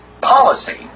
policy